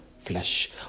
flesh